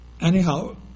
Anyhow